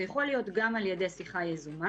זה יכול להיות גם על ידי שיחה יזומה,